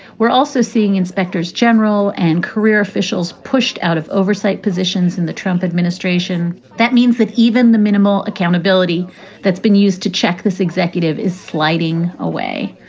we're also seeing inspectors general and career officials pushed out of oversight positions in the trump administration. that means that even the minimal accountability that's been used to check this executive is sliding away.